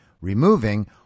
removing